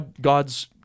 God's